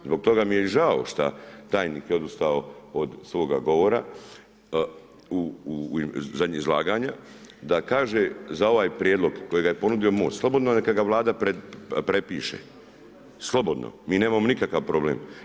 Zbog toga mi je i žao šta tajnik je odustao od svoga govora od zadnjeg izlaganja da kaže za ovaj prijedlog kojega je ponudio MOST, slobodno neka ga Vlada prepiše, slobodno, mi nemamo nikakav problem.